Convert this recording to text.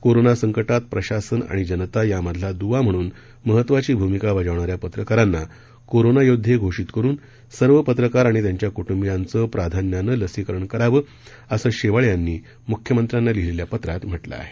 corona संकटात प्रशासन आणि जनता यांमधील द्वा म्हणून महत्वाची भूमिका बजावणाऱ्या पत्रकारांना कोरोना योद्धे घोषित करून सर्व पत्रकार आणि त्यांच्या कुटुंबियांचं प्राधान्यान लसीकरण करावं असं शेवाळे यांनी मुख्यमंत्र्यांना लिहिलेल्या पत्रात म्हटलं आहे